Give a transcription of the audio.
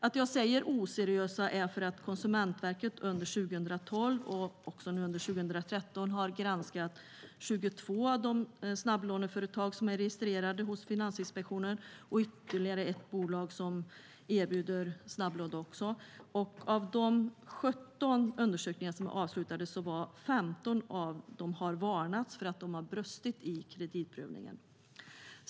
Att jag säger "oseriösa" är på grund av att Konsumentverket under 2012 och 2013 har granskat 22 av de snabblåneföretag som är registrerade hos Finansinspektionen och ytterligare ett bolag som erbjuder snabblån till konsumenter. Av de 17 undersökningar som är avslutade har 15 av bolagen har varnats för att de har brustit i kreditprövningen.